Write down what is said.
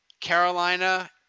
Carolina